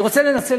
אני רוצה לנצל,